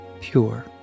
Pure